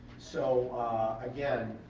so again,